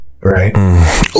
Right